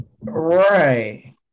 Right